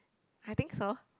I think so